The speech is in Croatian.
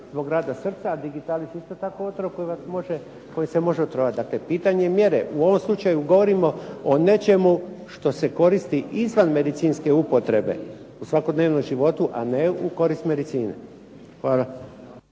zbog rada srca a Digitalis je isto tako otrov kojim se može otrovati. Dakle, pitanje je mjere. U ovom slučaju govorimo o nečemu što se koristi izvan medicinske upotrebe u svakodnevnom životu a ne u korist medicine. Hvala.